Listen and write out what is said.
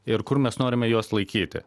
ir kur mes norime juos laikyti